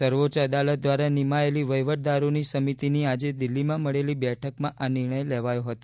સર્વોચ્ચ અદાલત દ્વારા નિમાયેલી વહીવટદારોની સમિતિની આજે દિલ્હીમાં મળેલી બેઠકમાં આ નિર્ણય લેવાયો હતો